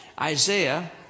Isaiah